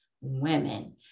women